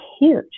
huge